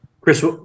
Chris